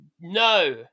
no